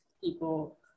people